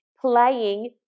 playing